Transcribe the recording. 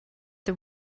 the